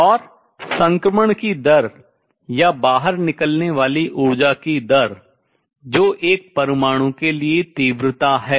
और संक्रमण की दर या बाहर निकलने वाली ऊर्जा की दर जो एक परमाणु के लिए तीव्रता है